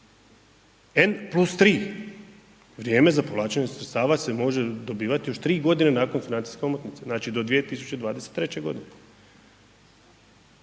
N+3, vrijeme za povlačenje sredstava se može dobivati još tri godine nakon financijske omotnice, znači do 2023. godine.